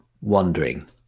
wandering